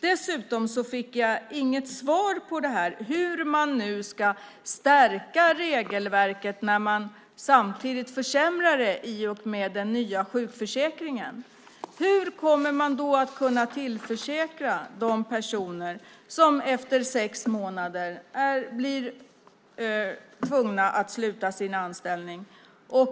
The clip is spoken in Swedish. Dessutom fick jag inget svar på frågan hur man ska stärka regelverket när man samtidigt försämrar det i och med den nya sjukförsäkringen. Hur kommer det att gå med de personer som efter sex månader blir tvungna att sluta sin anställning för